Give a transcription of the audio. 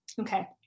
Okay